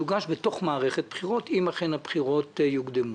יוגש בתוך מערכת בחירות אם אכן הבחירות יוקדמו.